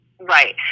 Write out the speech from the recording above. Right